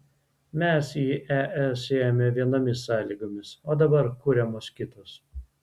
mes į es ėjome vienomis sąlygomis o dabar kuriamos kitos